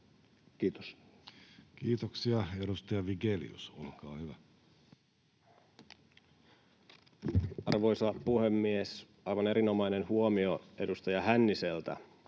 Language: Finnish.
Kiitos. Kiitoksia. — Edustaja Vigelius, olkaa hyvä. Arvoisa puhemies! Aivan erinomainen huomio edustaja Hänniseltä,